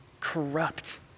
corrupt